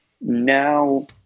now